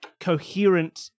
coherent